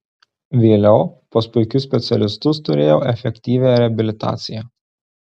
vėliau pas puikius specialistus turėjau efektyvią reabilitaciją